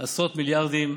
עשרות מיליארדים.